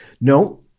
No